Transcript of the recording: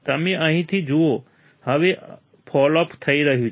તમે અહીંથી જુઓ હવે ફૉલ ઓફ થઈ રહ્યું છે